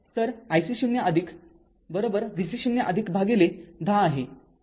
तर ic 0 vc 0 भागिले १० आहे